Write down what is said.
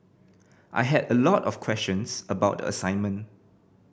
I had a lot of questions about the assignment